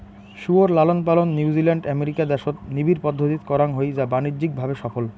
শুয়োর লালনপালন New Zealand, America দ্যাশত নিবিড় পদ্ধতিত করাং হই যা বাণিজ্যিক ভাবে সফল